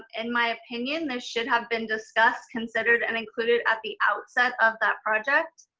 in my opinion, this should have been discussed, considered, and included at the outset of that project.